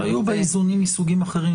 שהיו בה איזונים מסוגים אחרים.